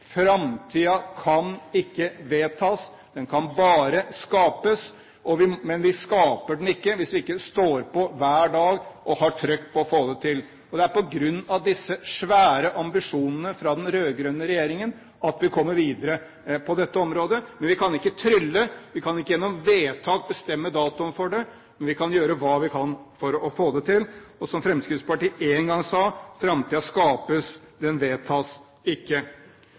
kan ikke vedtas, den kan bare skapes. Men vi skaper den ikke hvis vi ikke står på hver dag og har trykk på å få det til. Det er på grunn av disse svære ambisjonene til den rød-grønne regjeringen at vi kommer videre på dette området. Men vi kan ikke trylle. Vi kan ikke gjennom vedtak bestemme datoen for det, men vi kan gjøre hva vi kan for å få det til. Som Fremskrittspartiet én gang sa: Framtiden skapes, den vedtas ikke. Så har Norge et helt spesielt politisk system. Jeg vet ikke